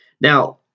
Now